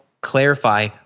clarify